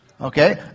okay